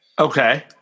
Okay